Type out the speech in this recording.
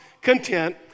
content